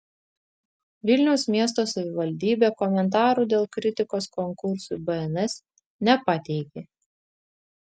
vilniaus miesto savivaldybė komentarų dėl kritikos konkursui bns nepateikė